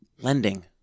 lending